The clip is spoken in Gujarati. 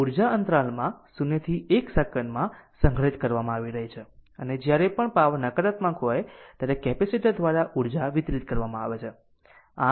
ર્જા અંતરાલમાં 0 થી 1 સેકંડમાં સંગ્રહિત કરવામાં આવી રહી છે અને જ્યારે પણ પાવર નકારાત્મક હોય ત્યારે કેપેસિટર દ્વારા ઉર્જા વિતરિત કરવામાં આવે છે